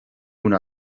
una